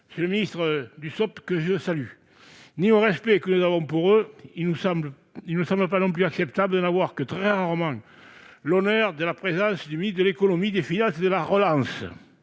de saluer le ministre Olivier Dussopt -ni au respect que nous avons pour eux, il ne nous semble pas acceptable de n'avoir que trop rarement l'honneur de la présence du ministre de l'économie, des finances et de la relance